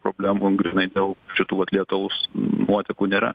problemų grynai dėl šitų vat lietaus nuotekų nėra